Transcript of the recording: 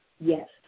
Yes